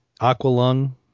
Aqualung